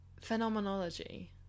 phenomenology